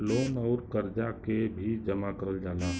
loan अउर करजा के भी जमा करल जाला